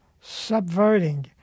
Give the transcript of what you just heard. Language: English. subverting